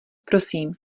prosím